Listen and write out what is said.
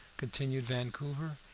continued vancouver.